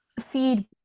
feed